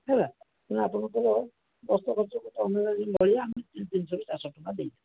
ବୁଝିହେଲା ତେଣୁ ଆପଣଙ୍କର ବାଟ ଖର୍ଚ୍ଚ ଦେବା ତିନିଶହ ଚାରିଶହ ଟଙ୍କା ଦେଉଛୁ